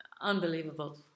unbelievable